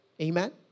Amen